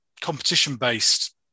competition-based